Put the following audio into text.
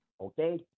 okay